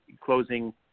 closing